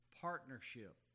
partnership